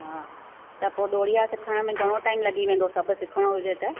हा त पोइ दोढिया सिखण में घणो टाइम लॻी वेंदो सभ सिखणो हुजे त